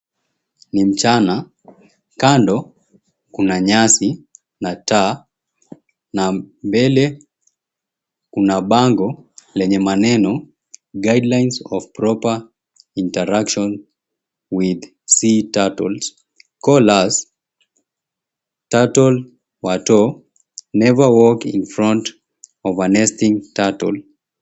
Ni mchana kando kuna nyasi na taa na mbele kuna bango lenye maneno, Guidelines of Proper Interaction with Sea Turtles Call us TurtleWatch Never Walk Infront of a Nesting Turtle.